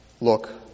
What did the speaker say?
Look